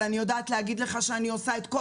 אבל אני יודעת להגיד לך שאני עושה את כל